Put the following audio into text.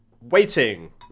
waiting